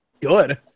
good